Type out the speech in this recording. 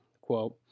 quote